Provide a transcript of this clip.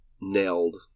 nailed